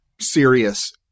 serious